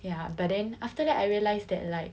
ya but then after that I realised that like